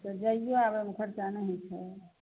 तऽ जाइए आबैमे खर्चा नहि होइत छै